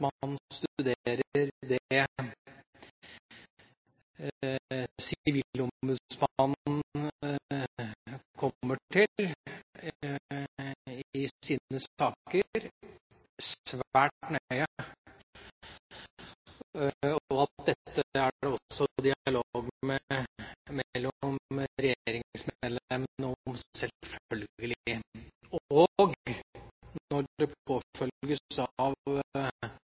man studerer det sivilombudsmannen kommer til i sine saker, svært nøye. Dette er det selvfølgelig også dialog om mellom regjeringsmedlemmene. Når det påfølges